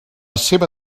seva